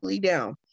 down